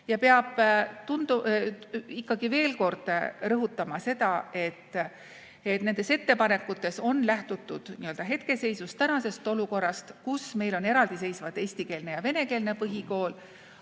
Peab ikkagi veel kord rõhutama seda, et nendes ettepanekutes on lähtutud hetkeseisust, tänasest olukorrast, kus meil on eraldiseisvad eestikeelne ja venekeelne põhikool,